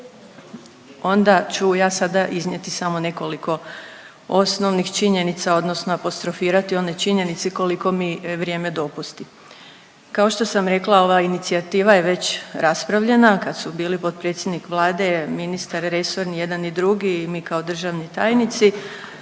onda ću ja sada iznijeti samo nekoliko osnovnih činjenica odnosno apostrofirati one činjenice koliko mi vrijeme dopusti. Kao što sam rekla ova inicijativa je već raspravljena kad su bili potpredsjednik Vlade, ministar resorni jedan i drugi i mi kao državni tajnici,